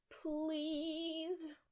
Please